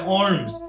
arms